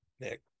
Nick